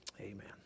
amen